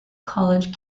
college